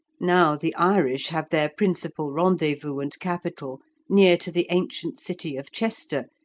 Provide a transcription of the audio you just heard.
now the irish have their principal rendezvous and capital near to the ancient city of chester,